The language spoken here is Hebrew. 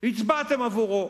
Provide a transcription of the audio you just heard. הצבעתם עבורו.